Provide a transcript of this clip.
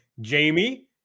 Jamie